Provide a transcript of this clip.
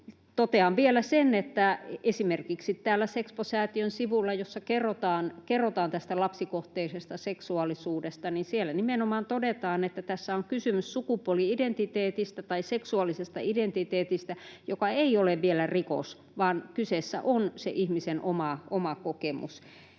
Totean vielä sen, että esimerkiksi täällä Sexpo-säätiön sivuilla, jossa kerrotaan tästä lapsikohteisesta seksuaalisuudesta, nimenomaan todetaan, että tässä on kysymys sukupuoli-identiteetistä tai seksuaalisesta identiteetistä, joka ei ole vielä rikos, vaan kyseessä on se ihmisen oma kokemus.